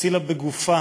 הצילה בגופה